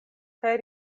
kaj